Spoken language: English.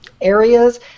areas